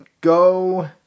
go